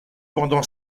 pendant